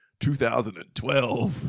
2012